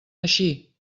així